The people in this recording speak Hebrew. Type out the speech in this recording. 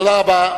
תודה רבה.